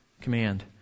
command